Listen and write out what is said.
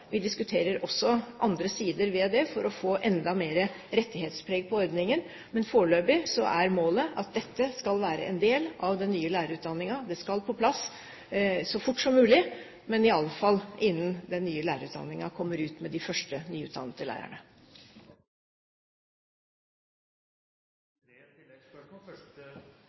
Vi diskuterer også andre sider her for å få enda mer rettighetspreg på ordningen. Men foreløpig er målet at det skal være en del av den nye lærerutdanningen. Det skal på plass så fort som mulig, men iallfall innen de første nyutdannede lærerne kommer ut fra den nye lærerutdanningen. Det blir anledning til tre oppfølgingsspørsmål – først